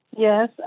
Yes